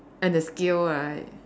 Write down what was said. and the skill right